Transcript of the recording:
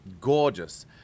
gorgeous